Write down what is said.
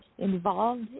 involved